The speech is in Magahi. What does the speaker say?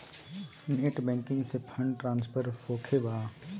नेट बैंकिंग से फंड ट्रांसफर होखें बा?